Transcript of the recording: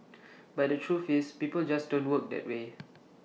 but the truth is people just don't work that way